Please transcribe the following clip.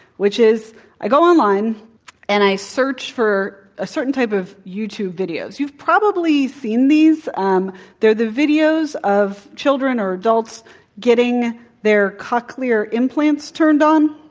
which is i go online and i search for a certain type of youtube video. you've probably seen these. um they're the videos of children or adults getting their cochlear implants turned on.